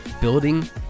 building